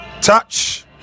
touch